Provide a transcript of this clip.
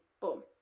Boom